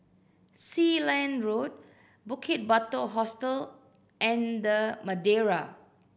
Sealand Road Bukit Batok Hostel and The Madeira